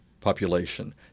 population